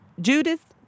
Judith